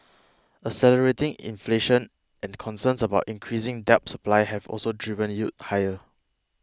accelerating inflation and concerns about increasing debt supply have also driven yields higher